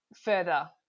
further